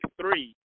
Three